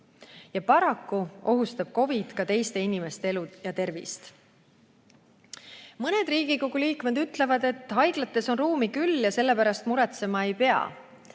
Ja paraku ohustab COVID ka teiste inimeste elu ja tervist. Mõned Riigikogu liikmed ütlevad, et haiglates on ruumi küll ja selle pärast muretsema ei pea.